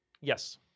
Yes